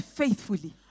faithfully